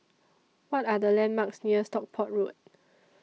What Are The landmarks near Stockport Road